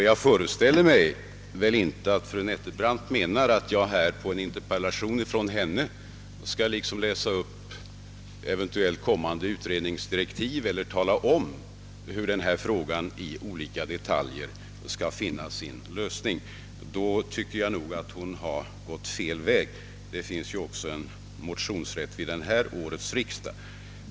Jag utgår ifrån att fru Nettelbrandt väl inte menar att jag som svar på interpellationen skall läsa upp eventuellt kommande utredningsdirektiv eller tala om hur den här frågan i olika detaljer skall finna sin lösning. Menar hon det, tycker jag nog att hon har gått fel väg. Det finns ju motionsrätt också vid årets riksdag.